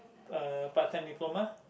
uh part time diploma